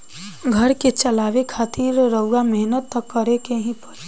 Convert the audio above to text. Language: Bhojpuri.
घर के चलावे खातिर रउआ मेहनत त करें के ही पड़ी